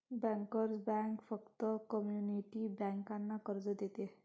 bankers bank फक्त community बँकांना कर्ज देते